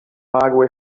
pago